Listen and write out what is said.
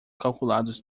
calculados